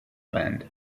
band